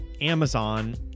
Amazon